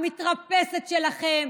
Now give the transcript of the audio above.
המתרפסת שלכם,